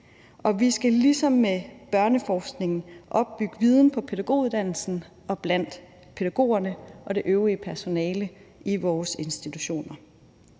Og vi skal ligesom med børneforskningen opbygge viden på pædagoguddannelsen, blandt pædagogerne og det øvrige personale i vores institutioner.